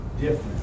different